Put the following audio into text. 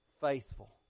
faithful